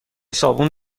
صابون